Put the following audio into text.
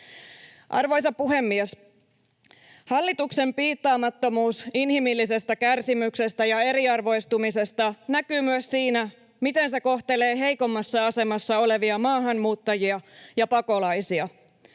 Arvoisa puhemies! Hallituksen piittaamattomuus inhimillisestä kärsimyksestä ja eriarvoistumisesta näkyy myös siinä, miten se kohtelee heikoimmassa asemassa olevia maahanmuuttajia ja pakolaisia.